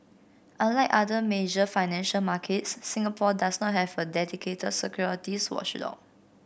unlike other major financial markets Singapore does not have a dedicated securities watchdog